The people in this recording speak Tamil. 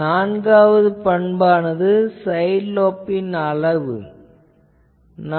மேலும் நான்காவது பண்பானது சைட் லோப் அளவு என்ன